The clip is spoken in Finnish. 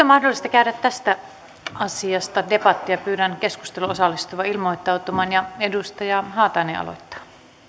mahdollista käydä tästä asiasta debattia pyydän keskusteluun osallistuvia ilmoittautumaan edustaja haatainen aloittaa